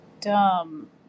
dumb